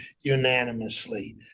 unanimously